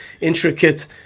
intricate